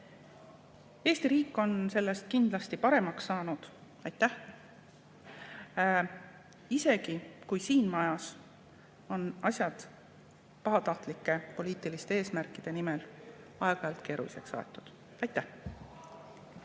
Eesti riik on sellest kindlasti paremaks saanud – aitäh! –, isegi kui siin majas on asjad pahatahtlike poliitiliste eesmärkide nimel aeg-ajalt keeruliseks aetud. Aitäh!